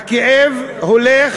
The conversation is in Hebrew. הכאב הולך